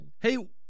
Hey